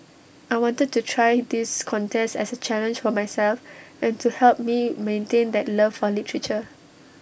I wanted to try this contest as A challenge for myself and to help me maintain that love for literature